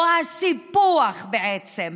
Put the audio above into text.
או הסיפוח, בעצם,